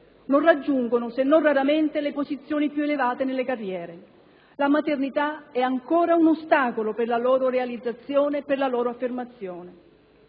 Non raggiungono, se non raramente, le posizioni più elevate nelle carriere. La maternità è ancora un ostacolo per la loro realizzazione, per la loro affermazione.